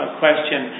question